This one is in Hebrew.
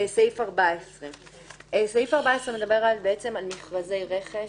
סעיף 14 מדבר על מכרזי רכש.